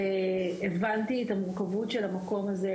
והבנתי את המורכבות של המקום הזה,